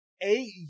eight